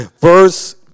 Verse